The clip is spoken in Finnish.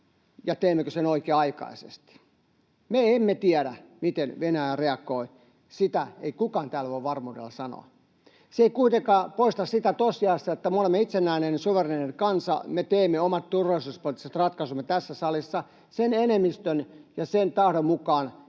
ja teemmekö sen oikea-aikaisesti. Me emme tiedä, miten Venäjä reagoi, sitä ei kukaan täällä voi varmuudella sanoa. Se ei kuitenkaan poista sitä tosiasiaa, että me olemme itsenäinen, suvereeni kansa. Me teemme omat turvallisuuspoliittiset ratkaisumme tässä salissa sen enemmistön ja sen tahdon mukaan,